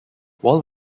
while